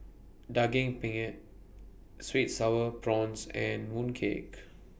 Daging Penyet Sweet Sour Prawns and Mooncake